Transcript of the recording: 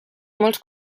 molts